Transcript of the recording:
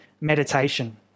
meditation